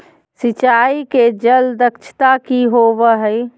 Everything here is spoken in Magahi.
सिंचाई के जल दक्षता कि होवय हैय?